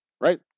right